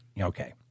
Okay